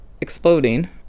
exploding